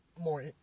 more